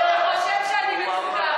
לך לרופא עיניים, אוזניים.